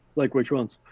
like which ones?